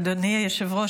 אדוני היושב-ראש,